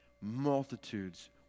Multitudes